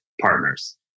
partners